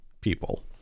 people